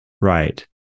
right